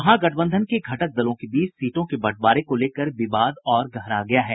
महागठबंधन के घटक दलों के बीच सीटों के बंटवारे को लेकर विवाद और गहरा गया है